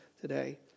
today